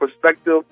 perspective